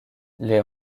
les